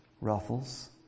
ruffles